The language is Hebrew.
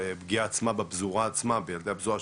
החברה הבדואית,